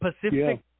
Pacific